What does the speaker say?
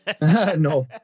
No